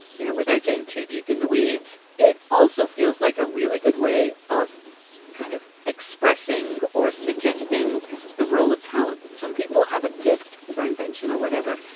you know, without getting too deep in the weeds, it also feels like a really good way of kind of expressing or suggesting the role of talent. some people have a gift for invention or whatever,